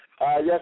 yes